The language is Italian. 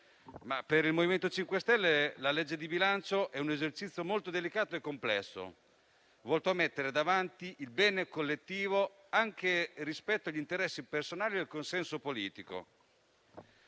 Per il MoVimento 5 Stelle la legge di bilancio è un esercizio molto delicato e complesso, volto a mettere davanti il bene collettivo, anche rispetto agli interessi personali e al consenso politico,